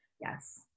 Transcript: Yes